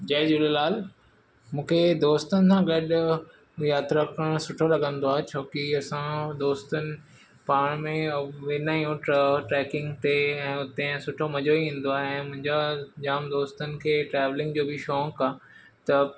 जय झूलेलाल मूंखे दोस्तनि सां गॾु यात्रा करणु सुठो लॻंदो आहे छो की असां दोस्तनि पाण में ऐं वेंदा आहियूं त ट्रैकींग ते ऐं उते सुठो मज़ो ईंदो आहे ऐं मुंहिंजा जामु दोस्तनि खे ट्रैवलिंग जो बि शौंक़ु आहे त